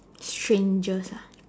strangest ah